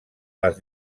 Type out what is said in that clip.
les